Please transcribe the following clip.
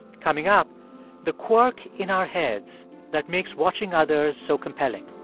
coming up the quirk in our heads that makes watching others so compelling